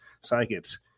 psychics